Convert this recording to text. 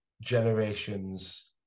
generations